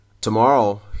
Tomorrow